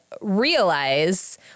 realize